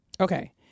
okay